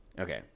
Okay